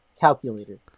Calculator